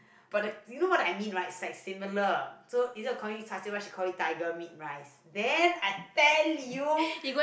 but the you know what do I mean right is like similar so is calling char-siew but she called it tiger meat rice then I tell you